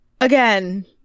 Again